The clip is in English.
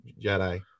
Jedi